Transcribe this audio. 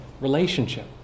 relationship